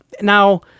Now